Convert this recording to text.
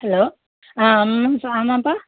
hello ஆ ஆமாம்ப்பா ஆமாம்ப்பா